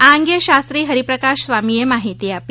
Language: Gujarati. આ અંગે શાસ્ત્રી હરિપ્રકાશ સ્વામીએ માહિતી આપી